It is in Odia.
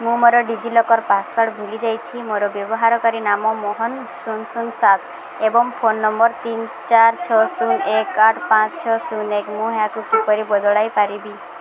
ମୁଁ ମୋର ଡିଜିଲକର୍ ପାସ୍ୱାର୍ଡ଼୍ ଭୁଲି ଯାଇଛି ମୋର ବ୍ୟବହାରକାରୀ ନାମ ମୋହନ ଶୂନ ଶୂନ ସାତ ଏବଂ ଫୋନ୍ ନମ୍ବର୍ ତିନି ଚାରି ଛଅ ଶୂନ ଏକେ ଆଠ ପାଞ୍ଚ ଛଅ ଶୂନ ଏକ ମୁଁ ଏହାକୁ କିପରି ବଦଳାଇ ପାରିବି